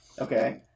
Okay